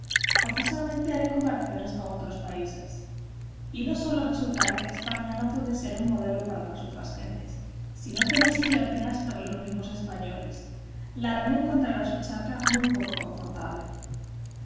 forzosamente haré comparaciones con otros países y no sólo resultará que españa no puede ser un modelo para las otras gentes sino que no sirve apenas para los mismos españoles la rana encontrará su charca muy poco confortable